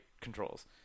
controls